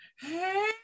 Hey